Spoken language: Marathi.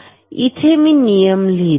तर इथे मी नियम लिहितो